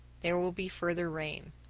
there will be further rain.